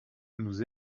nous